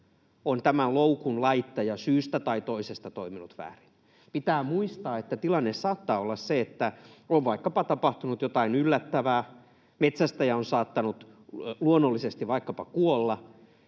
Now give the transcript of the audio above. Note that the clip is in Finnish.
on tämä loukun laittaja syystä tai toisesta toiminut väärin. Pitää muistaa, että tilanne saattaa olla se, että on vaikkapa tapahtunut jotain yllättävää, metsästäjä on saattanut luonnollisesti vaikkapa kuolla